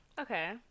Okay